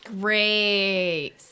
Great